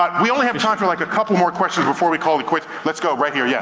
um we only have time for like a couple more questions before we call it quits. let's go, right here, yeah